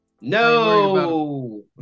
No